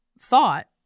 thought